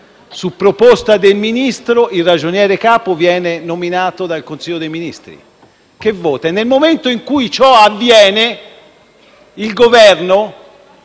su proposta del Ministro competente, il Ragioniere capo viene nominato dal Consiglio dei ministri, che vota e, nel momento in cui ciò avviene, il Governo